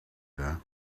that